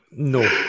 No